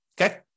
Okay